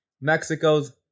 Mexico's